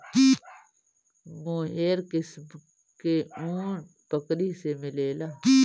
मोहेर किस्म के ऊन बकरी से मिलेला